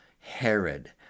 Herod